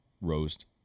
roast